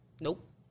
nope